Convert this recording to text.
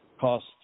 cost